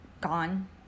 gone